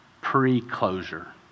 pre-closure